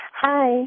Hi